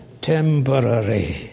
Temporary